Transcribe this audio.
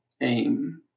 aim